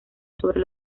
sobre